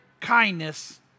Kindness